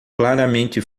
claramente